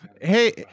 hey